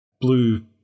blue